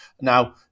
Now